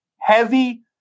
heavy